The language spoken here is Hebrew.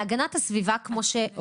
הגנת הסביבה לא נמצאים בדיון הזה.